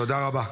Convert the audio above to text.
תודה רבה.